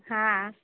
હા